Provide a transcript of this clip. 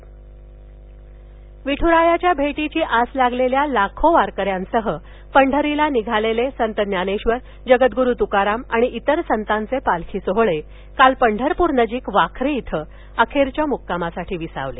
bite वारीः विठ्रायाच्या भेटीची आस लागलेल्या लाखो वारकऱ्यांसह पंढरीला निघालेले संत ज्ञानेश्वर जगदग्रू त्काराम आणि इतर संतांचे पालखी सोहळे काल पंढरपूरनजीक वाखरी इथं अखेरच्या म्क्कामासाठी विसावले